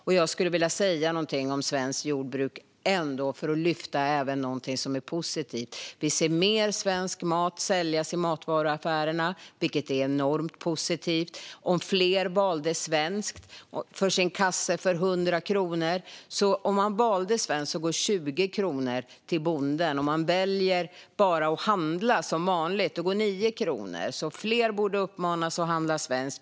Låt mig ändå lyfta fram något om svenskt jordbruk som är positivt. Vi ser mer svensk mat säljas i matvaruaffärerna, vilket är enormt positivt. Om man väljer svenskt och köper en kasse för 100 kronor går 20 kronor till bonden. Om man väljer att bara handla som vanligt är det 9 kronor som går till bonden. Fler borde alltså uppmanas att handla svenskt.